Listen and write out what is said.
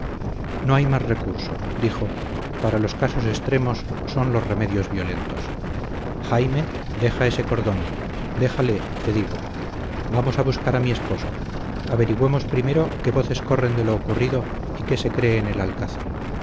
no hay más recurso dijo para los casos extremos son los remedios violentos jaime deja ese cordón déjale te digo vamos a buscar a mi esposo averigüemos primero qué voces corren de lo ocurrido y qué se cree en el alcázar